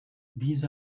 these